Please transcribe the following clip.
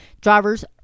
drivers